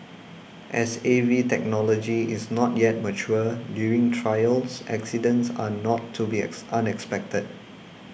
as A V technology is not yet mature during trials accidents are not to be X unexpected